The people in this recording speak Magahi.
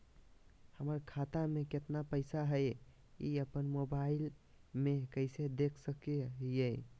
हमर खाता में केतना पैसा हई, ई अपन मोबाईल में कैसे देख सके हियई?